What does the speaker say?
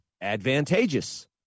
advantageous